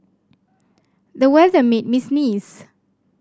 the weather made me sneeze